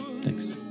thanks